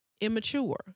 immature